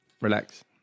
Relax